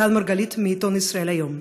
דן מרגלית, מעיתון "ישראל היום".